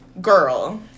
girl